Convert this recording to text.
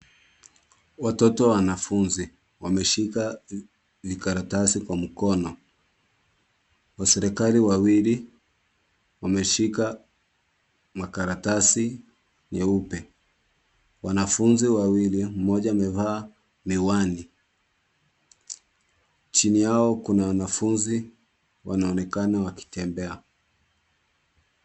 Watoto wanafunzi wameshika vikaratasi kwa mkono. Waserikali wawili wameshika makaratasi nyeupe. Wanafunzi wawili mmoja amevaa miwani. Chini yao kuna wanafunzi wanaonekana wakitembea.